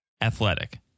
Athletic